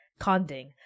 conding